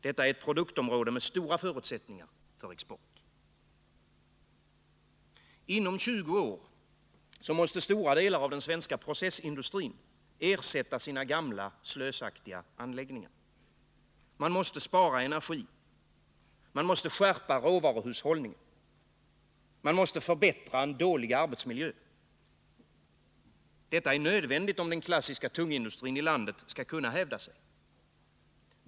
Detta är ett produktområde med stora förutsättningar för export. Inom 20 år måste stora delar av den svenska processindustrin ersätta sina gamla, slösaktiga anläggningar. Man måste spara energi. Man måste skärpa råvaruhushållningen. Man måste förbättra en dålig arbetsmiljö. Detta är nödvändigt om den klassiska tungindustrin i landet skall kunna hävda sig.